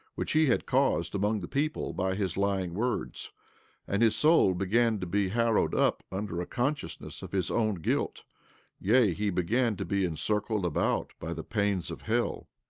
which he had caused among the people by his lying words and his soul began to be harrowed up under a consciousness of his own guilt yea, he began to be encircled about by the pains of hell.